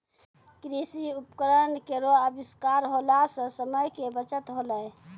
कृषि उपकरण केरो आविष्कार होला सें समय के बचत होलै